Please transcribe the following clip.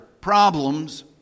problems